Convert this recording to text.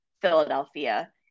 Philadelphia